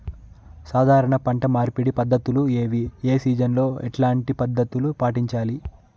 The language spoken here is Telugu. సాధారణ పంట మార్పిడి పద్ధతులు ఏవి? ఏ సీజన్ లో ఎట్లాంటి పద్ధతులు పాటించాలి?